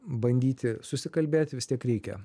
bandyti susikalbėti vis tiek reikia